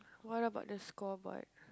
what about the scoreboard